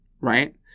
right